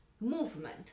movement